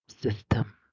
system